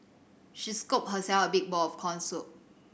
she scooped herself a big bowl of corn soup